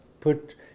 put